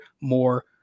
more